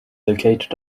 located